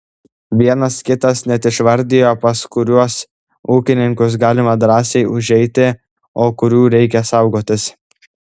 vienas kitas net išvardijo pas kuriuos ūkininkus galima drąsiai užeiti o kurių reikia saugotis